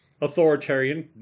authoritarian